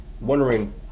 wondering